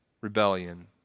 Rebellion